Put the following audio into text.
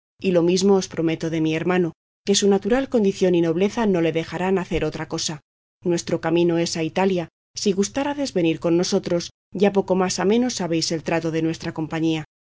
y lo mismo os prometo de mi hermano que su natural condición y nobleza no le dejarán hacer otra cosa nuestro camino es a italia si gustáredes venir con nosotros ya poco más a menos sabéis el trato de nuestra compañía